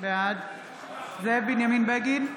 בעד זאב בנימין בגין,